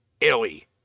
Italy